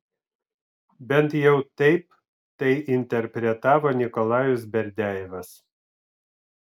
bent jau taip tai interpretavo nikolajus berdiajevas